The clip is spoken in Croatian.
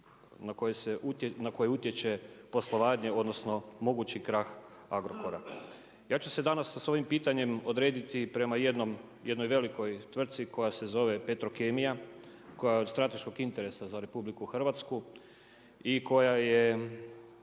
na koje utječe poslovanje odnosno mogući krah Agrokora. Ja ću se danas sa svojim pitanjem odrediti prema jednoj velikoj tvrtci koja se zove Petrokemija, koja je od strateškog interesa za RH, i koja je